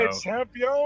Champion